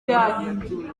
yahimbye